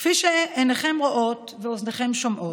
כפי שעיניכם רואות ואוזניכם שומעות,